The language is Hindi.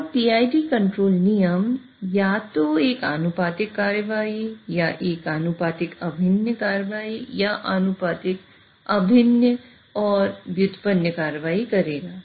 और PID कंट्रोल नियम या तो एक आनुपातिक कार्रवाई या एक आनुपातिक अभिन्न कार्रवाई या आनुपातिक अभिन्न और व्युत्पन्न कार्रवाई करेगा